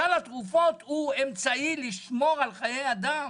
סל בריאות הוא אמצעי לשמור על חיי אדם